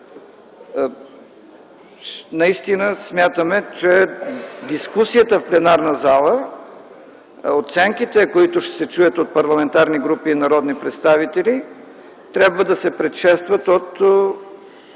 Наистина смятаме, че дискусията в пленарната зала, оценките, които ще се чуят от парламентарни групи и народни представители, трябва да се предшестват от